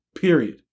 period